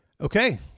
Okay